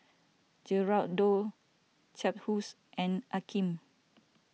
Geraldo Cephus and Akeem